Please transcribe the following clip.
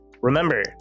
Remember